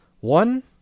One